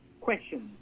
questions